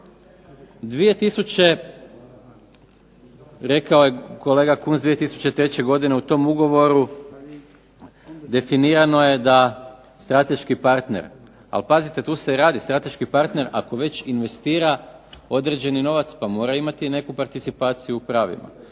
rekao je kolega Kunst 2003. godine u tom ugovoru definirano je da strateški partner, ali pazite tu se radi strateški partner ako već investira određeni novac pa mora imati i neku participaciju u pravima.